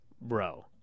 bro